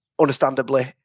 understandably